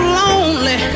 lonely